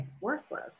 worthless